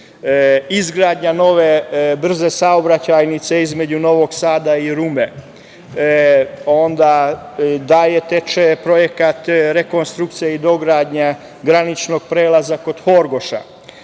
izgradnja nove brze saobraćajnice između Novog Sada i Rume, onda dalje teče projekat rekonstrukcije i dogradnje graničnog prelaza kod Horgoša,